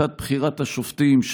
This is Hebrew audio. שיטת בחירת השופטים,